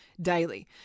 daily